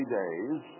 days